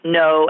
no